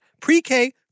pre-K